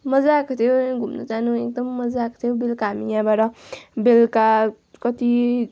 मजा आएको थियो घुम्नु जानु एकदम मजा आएको थियो बेलुका हामी यहाँबाट बेलुका कति